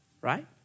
right